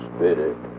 Spirit